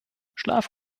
schlaf